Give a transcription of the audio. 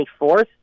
24th